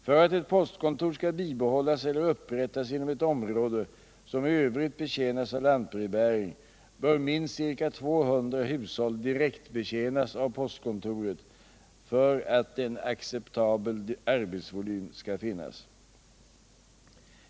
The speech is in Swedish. För att ett postkontor skall bibehållas celler upprättas inom ett område som i övrigt betjänas av lantbrevbäring bör minst ca 200 hushåll direktbetjänas av postkontoret för att en acceptabel arbetsvolym skall finnas.